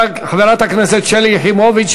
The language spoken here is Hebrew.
חברת הכנסת שלי יחימוביץ,